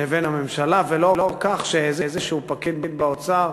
לבין הממשלה, ולא כך שאיזשהו פקיד באוצר,